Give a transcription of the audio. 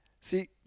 See